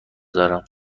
دارم